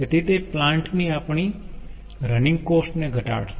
તેથી તે પ્લાન્ટ ની આપણી રનીંગ કોસ્ટ ને ઘટાડશે